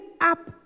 up